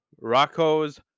Rocco's